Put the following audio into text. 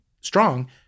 strong